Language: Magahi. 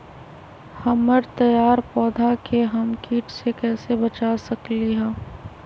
हमर तैयार पौधा के हम किट से कैसे बचा सकलि ह?